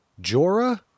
Jorah